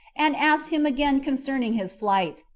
and asked him again concerning his fight,